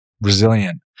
resilient